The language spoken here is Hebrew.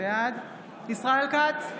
בעד ישראל כץ,